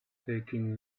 taking